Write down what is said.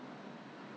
oh dear